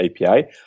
API